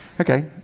Okay